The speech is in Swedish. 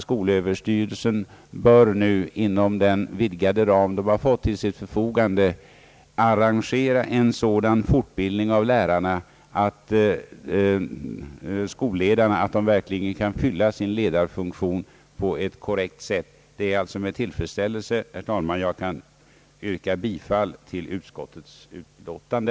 Sö bör nu inom den vidgade ram den har fått till sitt förfogande arrangera en sådan fortbildning av skolledarna att de verkligen kan fylla sin ledarfunktion på ett korrekt sätt. Det är med tillfredsställelse, herr talman, som jag här kan yrka bifall till utskottets utlåtande.